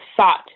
sought